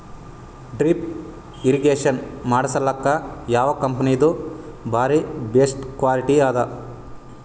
Drip irrigation ಮಾಡಸಲಕ್ಕ ಯಾವ ಕಂಪನಿದು ಬಾರಿ ಬೆಸ್ಟ್ ಕ್ವಾಲಿಟಿ ಅದ?